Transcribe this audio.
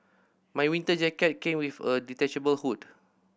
my winter jacket came with a detachable hood